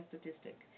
statistic